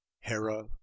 Hera